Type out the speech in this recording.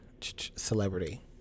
celebrity